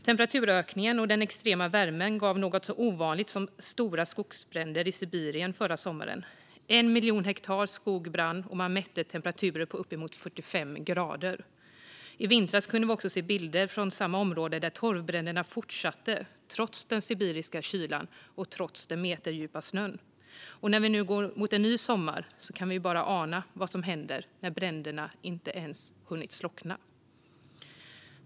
Temperaturökningen och den extrema värmen gav något så ovanligt som stora skogsbränder i Sibirien förra sommaren. En miljon hektar skog brann, och man mätte temperaturer på upp emot 45 grader. I vintras kunde vi se bilder från samma område, där torvbränderna fortsatte trots den sibiriska kylan och trots den meterdjupa snön. När vi nu går mot en ny sommar kan vi bara ana vad som händer när bränderna inte ens hunnit slockna.